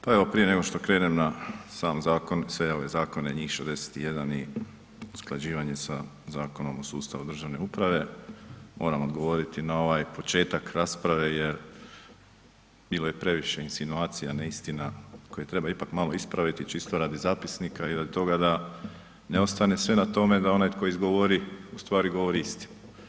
Pa evo prije nego što krenem na sam zakon, sve ove zakone, njih 61 i usklađivanje sa Zakonom o sustavu državne uprave, moram odgovoriti na ovaj početak rasprave jer bilo je previše insinuacija, neistina, koje treba ipak malo ispraviti, čisto radi zapisnika i radi toga da ne ostane sve na tome da onaj tko izgovori, u stvari govori istinu.